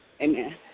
Amen